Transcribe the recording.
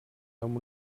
amb